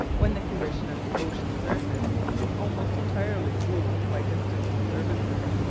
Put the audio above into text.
when the condition of the ocean surface is almost entirely ruled by distant disturbances,